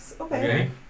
Okay